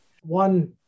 One